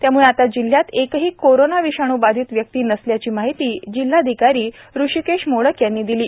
त्यामुळे आता जिल्ह्यात एकही कोरोना विषाणू बाधित व्यक्ती नसल्याची माहिती जिल्हाधिकारी हृषीकेश मोडक यांनी दिली आहे